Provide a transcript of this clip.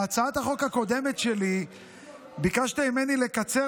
בהצעת החוק הקודמת שלי ביקשת ממני לקצר